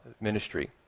ministry